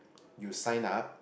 you sign up